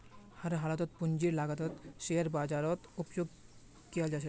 हर हालतत पूंजीर लागतक शेयर बाजारत उपयोग कियाल जा छे